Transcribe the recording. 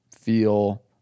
feel